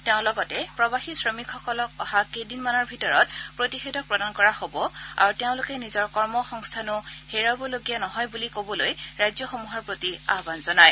তেওঁ লগতে প্ৰবাসী শ্ৰমিকসকলক অহা কেইদিন মানৰ ভিতৰত প্ৰতিষেধক প্ৰদান কৰা হ'ব আৰু তেওঁলোকে নিজৰ কৰ্ম সংস্থানো হেৰুওৱালগীয়া নহয় বুলি ক'বলৈ ৰাজ্যসমূহৰ প্ৰতি আয়ান জনায়